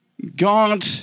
God